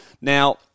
Now